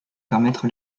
permettre